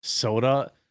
soda